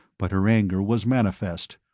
but her anger was manifest.